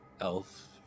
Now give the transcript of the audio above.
elf